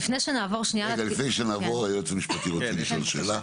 לפני שנעבור, יש מישהו שרוצה לשאול שאלה.